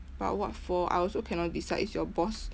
but what for I also cannot decide it's your boss